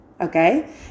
Okay